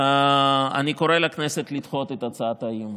אני קורא לכנסת לדחות את הצעת האי-אמון.